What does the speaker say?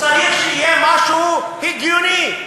צריך שיהיה משהו הגיוני.